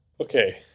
Okay